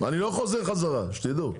אני לא חוזר חזרה, שתדעו.